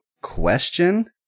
question